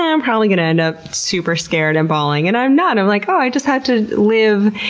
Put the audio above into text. i'm probably going to end up super scared and bawling, and i'm not. i'm like, oh, i just have to live.